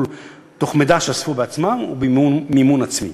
על סמך מידע שאספו בעצמם ובמימון עצמי.